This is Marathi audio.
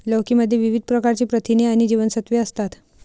लौकी मध्ये विविध प्रकारची प्रथिने आणि जीवनसत्त्वे असतात